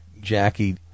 Jackie